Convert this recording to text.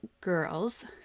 girls